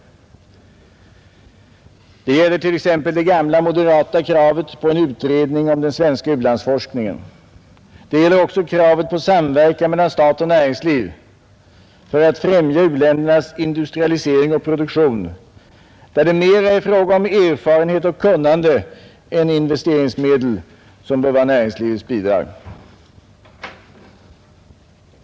Det gäller t.ex. det gamla moderata kravet på en utredning om den svenska u-landsforskningen. Det gäller också kravet på samverkan mellan stat och näringsliv för att främja u-ländernas industrialisering och produktion, där det mera är fråga om att erfarenhet och kunnande än investeringsmedel bör vara näringslivets bidrag.